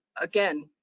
again